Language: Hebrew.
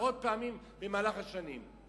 עשרות פעמים במהלך השנים,